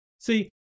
See